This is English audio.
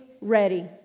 ready